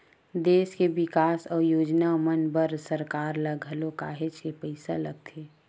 देस के बिकास अउ योजना मन बर सरकार ल घलो काहेच के पइसा लगथे